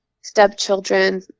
stepchildren